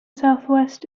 southwest